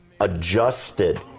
adjusted